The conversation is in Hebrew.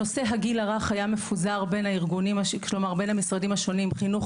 נושא הגיל הרך היה מפוזר בין המשרדים השונים חינוך,